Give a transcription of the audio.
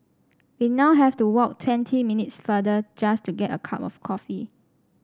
we now have to walk twenty minutes farther just to get a cup of coffee